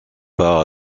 part